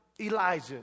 Elijah